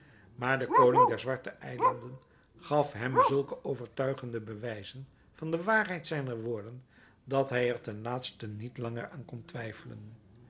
maar de koning der zwarte eilanden gaf hem zulke overtuigende bewijzen van de waarheid zijner woorden dat hij er ten laatste niet langer aan kon twijfelen